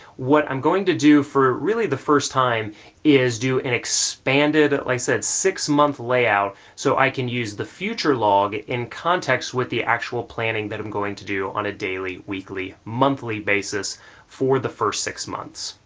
what i'm going to do for really the first time is do an expanded, like i said, six month layout, so i can use the future log in context with the actual planning that i'm going to do on a daily, weekly, monthly basis for the first six months.